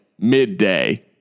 Midday